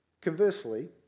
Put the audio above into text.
Conversely